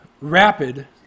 rapid